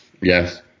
Yes